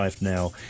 Now